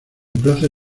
place